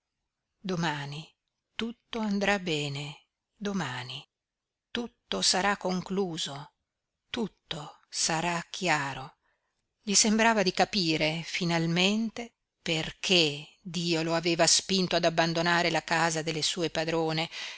domani tutto andrà bene domani tutto sarà concluso tutto sarà chiaro gli sembrava di capire finalmente perché dio lo aveva spinto ad abbandonare la casa delle sue padrone